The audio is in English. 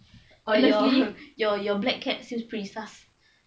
!aiyo! your your black cat seems pretty sus